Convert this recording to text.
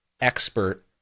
expert